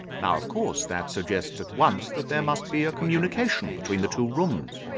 now, of course that suggested at once that there must be a communication between the two rooms.